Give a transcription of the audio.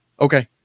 okay